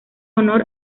honor